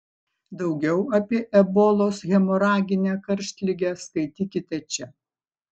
daugiau apie ebolos hemoraginę karštligę skaitykite čia